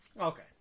Okay